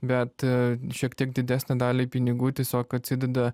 bet šiek tiek didesnę dalį pinigų tiesiog atsideda